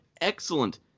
excellent